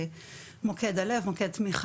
סוגריים שלא יכול להיות שהמוקדים הטלפוניים האלה